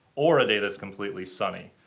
or a day that's completely sunny.